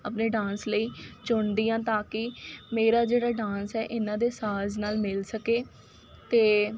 ਆਪਣੇ ਡਾਂਸ ਲਈ ਚੁਣਦੀ ਹਾਂ ਤਾਂ ਕਿ ਮੇਰਾ ਜਿਹੜਾ ਡਾਂਸ ਹੈ ਇਹਨਾਂ ਦੇ ਸਾਜ ਨਾਲ ਮਿਲ ਸਕੇ ਅਤੇ